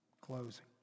closing